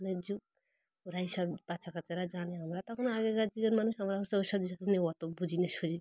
ফোনের যুগ ওরাই সব বাচ্চা কাচারা জানে আমরা তখন আগেকার যুগের মানুষ আমরা হছে ওই সব জানি নে অত বুঝি না সুঝি না